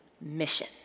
mission